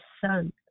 son